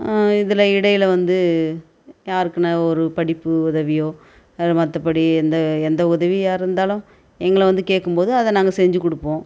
இதில் இடையில் வந்து யாருக்குனால் ஒரு படிப்பு உதவியோ அது மற்றபடி எந்த எந்த உதவியாக இருந்தாலும் எங்களை வந்து கேட்கும் போது அதை நாங்கள் செஞ்சு கொடுப்போம்